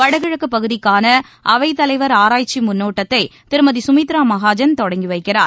வடகிழக்கு பகுதிக்கான அவை தலைவர் ஆராய்ச்சி முன்னோட்டத்தை திருமதி கமித்ரா மகாஜன் தொடங்கி வைக்கிறார்